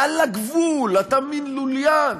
על הגבול, אתה מין לוליין.